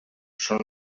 son